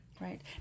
Right